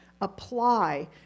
apply